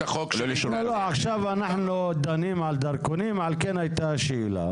עכשיו אנחנו דנים על דרכונים, ועל כן הייתה השאלה.